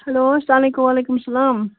hello اسلام علیکُم وعلیکُم اسلام